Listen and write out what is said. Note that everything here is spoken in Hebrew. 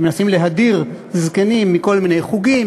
כשמנסים להדיר זקנים מכל מיני חוגים,